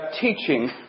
teaching